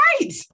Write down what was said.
right